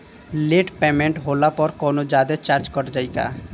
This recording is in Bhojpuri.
लेट पेमेंट होला पर कौनोजादे चार्ज कट जायी का?